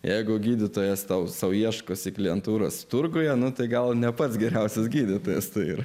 jeigu gydytojas tau sau ieškosi klientūros turguje na tai gal ne pats geriausias gydytojas tai ir